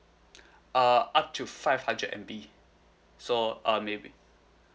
uh up to five hundred M_B so uh maybe